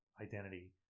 identity